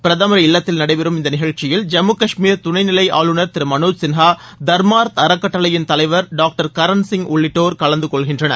பிரதமர் இல்லத்தில் நடைபெறும் இந்த நிகழ்ச்சியில் ஜம்மு கஷ்மீர் துணை நிலை ஆளுநர் திரு மனோஜ் சின்ஹா தர்மார்த் அறக்கட்டளையின் தலைவர் டாக்டர் கரண் சிங் உள்ளிட்டோர் கலந்து கொள்கின்றனர்